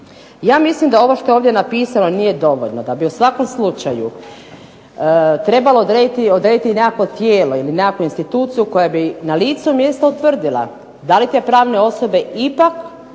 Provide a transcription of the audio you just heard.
Ja mislim da ovo što je ovdje napisano nije dovoljno da bi u svakom slučaju trebalo odrediti i nekakvo tijelo, ili nekakvu instituciju koja bi na licu mjesta utvrdila da li te pravne osobe ipak